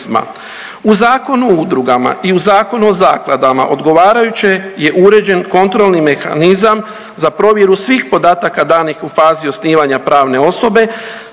U Zakonu o udrugama i u Zakonu o zakladama odgovarajuće je uređen kontrolni mehanizam za provjeru svih podataka danih u fazi osnivanja pravne osobe